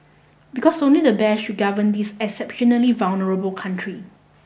because only the best should govern this exceptionally vulnerable country